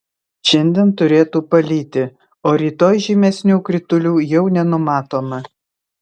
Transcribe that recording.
šiandien turėtų palyti o rytoj žymesnių kritulių jau nenumatoma